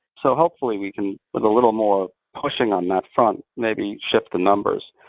so hopefully we can get a little more pushing on that front, maybe shift the numbers.